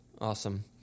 Awesome